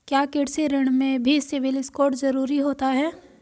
क्या कृषि ऋण में भी सिबिल स्कोर जरूरी होता है?